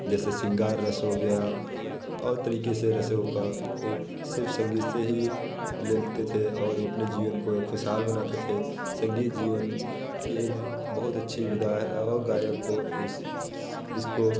जैसे सिंगार रस हो गया और तरीक़े से रसों का वो सिर्फ़ संगीत से ही लेते थे और वो अपने जीवन को ये ख़ुशहाल बनाते थे संगीत जीवन की एक बहुत अच्छी विधा है और गायक को इस इसको